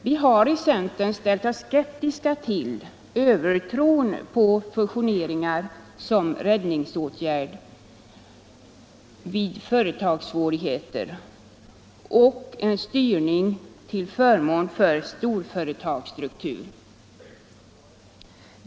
Vi har ställt oss skeptiska till övertron på fusioneringar som räddningsåtgärd vid företagssvårigheter och en styrning till förmån för en storföretagsstruktur.